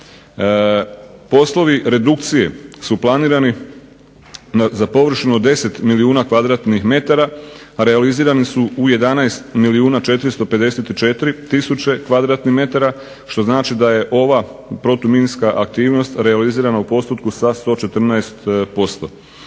Poslovi redukcije su planirani za površinu od 10 milijuna m2, a realizirani su u 11 milijuna 454 tisuće m2, što znači da je ova protuminska aktivnost realizirana u postotku sa 114%.